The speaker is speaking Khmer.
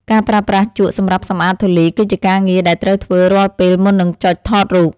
ការប្រើប្រាស់ជក់សម្រាប់សម្អាតធូលីគឺជាការងារដែលត្រូវធ្វើរាល់ពេលមុននឹងចុចថតរូប។